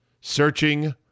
searching